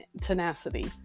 tenacity